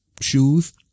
shoes